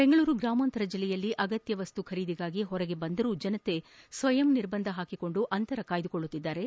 ಬೆಂಗಳೂರು ಗ್ರಾಮಾಂತರ ಜಿಲ್ಲೆಯಲ್ಲಿ ಅಗತ್ಯ ವಸ್ತುಗಳ ಖರೀದಿಗಾಗಿ ಹೊರಗೆ ಬಂದರೂ ಜನರು ಸ್ವಯಂ ನಿರ್ಬಂಧ ಹಾಕಿಕೊಂಡು ಅಂತರ ಕಾಯ್ದುಕೊಂಡಿದ್ದಾರೆ